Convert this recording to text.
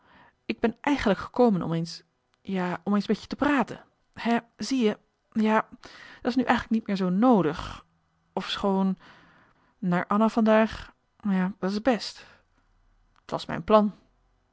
ik ben eigenlijk gekomen om eens ja om eens met je te praten hè zie je ja dat is nu eigenlijk niet meer zoo noodig ofschoon naar anna vandaag ja dat is best t was mijn plan